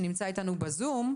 שנמצא איתנו בזום,